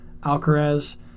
Alcaraz